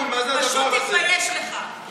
וישר באו